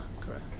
Correct